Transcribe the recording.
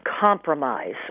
compromise